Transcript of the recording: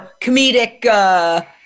comedic